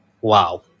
wow